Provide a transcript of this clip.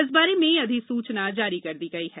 इस बारे में अधिसूचना जारी कर दी गई है